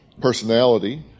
personality